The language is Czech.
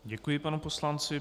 Děkuji panu poslanci.